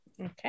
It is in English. Okay